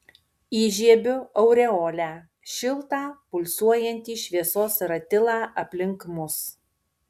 įžiebiu aureolę šiltą pulsuojantį šviesos ratilą aplink mus